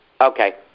Okay